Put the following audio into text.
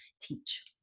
Teach